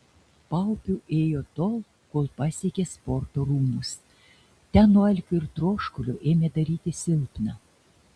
paupiu ėjo tol kol pasiekė sporto rūmus ten nuo alkio ir troškulio ėmė darytis silpna